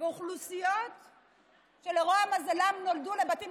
באוכלוסיות שלרוע מזלן נולדו לבתים